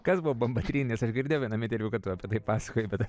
kas buvo bambatrynis aš girdėjau vienam interviu kad tu apie tai pasakojai bet